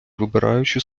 вибираючи